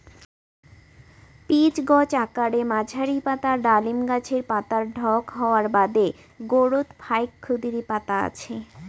pitch গছ আকারে মাঝারী, পাতা ডালিম গছের পাতার ঢক হওয়ার বাদে গোরোত ফাইক ক্ষুদিরী পাতা আছে